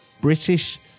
British